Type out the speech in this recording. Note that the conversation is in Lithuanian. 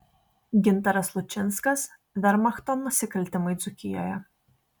gintaras lučinskas vermachto nusikaltimai dzūkijoje